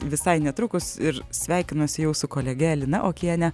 visai netrukus ir sveikinuosi jau su kolege lina okiene